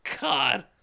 God